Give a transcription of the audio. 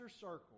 circle